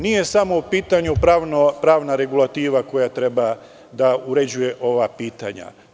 Nije samo u pitanju pravna regulativa koja treba da uređuje ova pitanja.